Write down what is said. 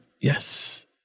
yes